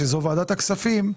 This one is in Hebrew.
שזו ועדת הכספים,